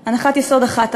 על השולחן הנחת יסוד אחת,